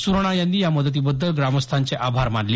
सुराणा यांनी या मदतीबद्दल ग्रामस्थांचे आभार मानले